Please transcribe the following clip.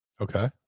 Okay